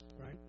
right